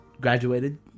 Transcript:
graduated